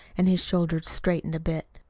and his shoulders straightened a bit.